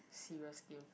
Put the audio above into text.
serious game